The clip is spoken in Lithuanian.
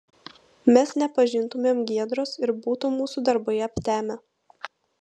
mes nepažintumėm giedros ir būtų mūsų darbai aptemę